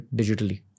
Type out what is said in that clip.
digitally